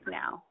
now